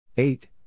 Eight